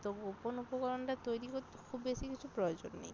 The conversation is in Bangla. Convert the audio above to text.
তো গোপন উপকরণটা তৈরি করতে খুব বেশি কিছু প্রয়োজন নেই